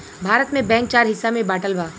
भारत में बैंक चार हिस्सा में बाटल बा